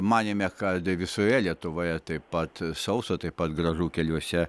manėme kad visoje lietuvoje taip pat sausa taip pat gražu keliuose